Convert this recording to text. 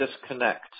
disconnect